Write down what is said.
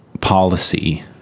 policy